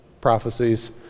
prophecies